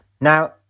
Now